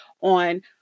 on